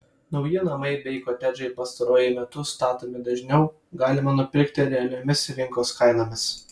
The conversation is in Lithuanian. nauji namai bei kotedžai pastaruoju metu statomi dažniau galima nupirkti realiomis rinkos kainomis